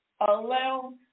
Allow